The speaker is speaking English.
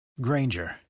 Granger